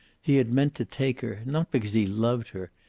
he had meant to take her, not because he loved her,